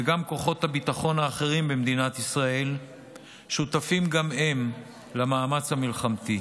וכוחות הביטחון האחרים במדינת ישראל שותפים גם הם למאמץ המלחמתי,